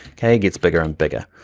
okay? it gets bigger and bigger.